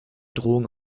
drohung